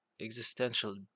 existential